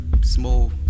small